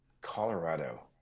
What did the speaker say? Colorado